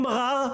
עם מגאר,